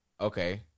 Okay